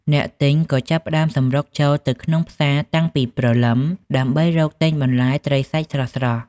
អ្នកទិញក៏ចាប់ផ្តើមសម្រុកចូលទៅក្នុងផ្សារតាំងពីព្រលឹមដើម្បីរកទិញបន្លែត្រីសាច់ស្រស់ៗ។